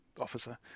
officer